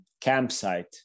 campsite